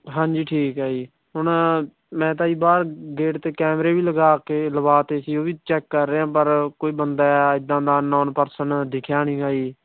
ਹਾਂਜੀ ਠੀਕ ਆ ਜੀ ਹੁਣ ਮੈਂ ਤਾਂ ਜੀ ਬਾਹਰ ਗੇਟ 'ਤੇ ਕੈਮਰੇ ਵੀ ਲਗਾ ਕੇ ਲਵਾਤੇ ਸੀ ਉਹ ਵੀ ਚੈੱਕ ਕਰ ਰਹੇ ਹਾਂ ਪਰ ਕੋਈ ਬੰਦਾ ਐਦਾਂ ਦਾ ਅਨਨੋਨ ਪਰਸਨ ਦਿਖਿਆ ਨੀਗਾ ਜੀ